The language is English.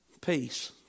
Peace